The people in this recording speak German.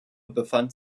befand